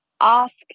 ask